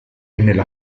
nella